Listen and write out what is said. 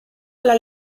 alla